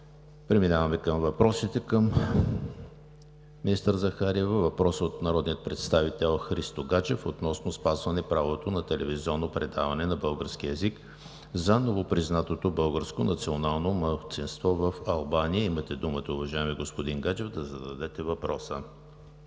Преминаваме на въпросите към министър Захариева. Въпрос от народния представител Христо Гаджев относно спазване правото на телевизионно предаване на български език за новопризнатото българско национално малцинство в Албания. Уважаеми господин Гаджев, имате думата да зададете въпроса.